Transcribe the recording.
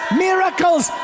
miracles